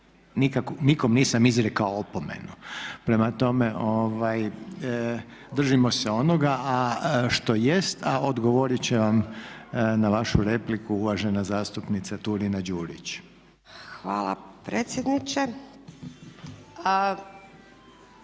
Nikom nisam izrekao opomenu. Prema tome držimo onoga što jest a odgovoriti će vam na vašu repliku uvažena zastupnica Turina-Đurić. **Turina-Đurić, Nada